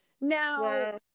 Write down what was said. Now